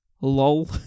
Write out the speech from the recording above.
lol